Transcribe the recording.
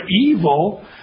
evil